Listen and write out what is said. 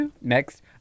Next